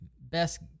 best